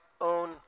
own